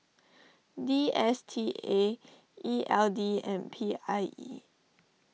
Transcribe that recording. D S T A E L D and P I E